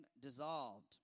dissolved